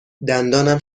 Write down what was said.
دندانم